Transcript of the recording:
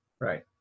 Right